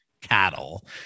cattle